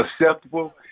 acceptable